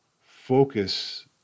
focus